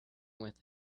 with